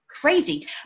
crazy